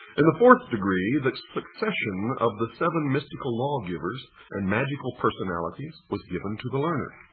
in the fourth degree, the succession of the seven mystical law-givers and magical personalities was given to the learner.